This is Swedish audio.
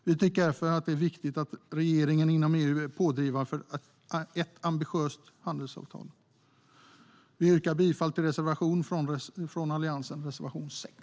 Vi tycker därför att det är viktigt att regeringen inom EU är pådrivande för ett ambitiöst handelsavtal. Jag yrkar bifall till reservationen från Alliansen, reservation 6.